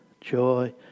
joy